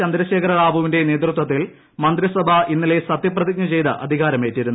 ചന്ദ്രശേഖര റാവുവിന്റെ നേതൃത്വത്തിൽ മന്ത്രിസഭ ഇന്നലെ സത്യപ്രതിജ്ഞ ചെയ്ട്ത് അധികാരമേറ്റിരുന്നു